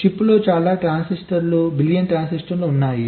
చిప్లో చాలా ట్రాన్సిస్టర్ బిలియన్ల ట్రాన్సిస్టర్లు ఉన్నాయి